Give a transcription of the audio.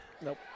Nope